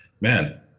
man